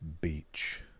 beach